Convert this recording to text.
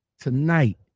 Tonight